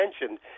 mentioned